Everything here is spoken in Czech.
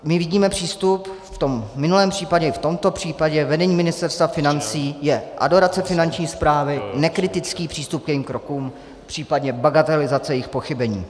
My vidíme, přístup v tom minulém případě i v tomto případě vedení Ministerstva financí je adorace Finanční správy, nekritický přístup k jejím krokům, případně bagatelizace jejích pochybení.